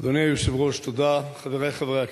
אדוני היושב-ראש, תודה, חברי חברי הכנסת,